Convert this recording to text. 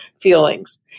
feelings